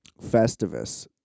Festivus